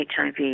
HIV